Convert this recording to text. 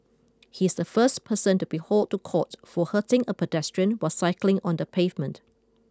he is the first person to be hauled to court for hurting a pedestrian while cycling on the pavement